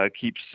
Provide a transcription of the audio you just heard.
keeps